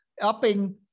upping